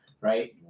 Right